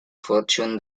fortune